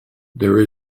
there